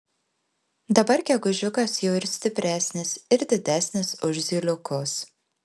dabar gegužiukas jau ir stipresnis ir didesnis už zyliukus